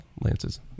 Lance's